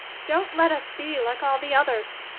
don't let us be like all the others!